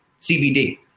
CBD